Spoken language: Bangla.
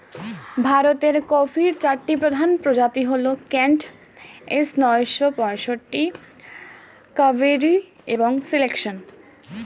ভারতের কফির চারটি প্রধান প্রজাতি হল কেন্ট, এস নয়শো পঁয়ষট্টি, কাভেরি এবং সিলেকশন